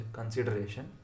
consideration